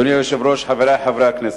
אדוני היושב-ראש, חברי חברי הכנסת,